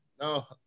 no